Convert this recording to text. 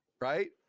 Right